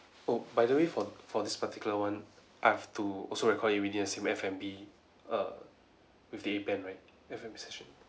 oh by the way for for this particular one I have to also record you reading the same F&B err with the appen right F&B session